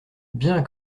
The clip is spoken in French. bien